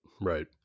Right